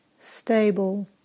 stable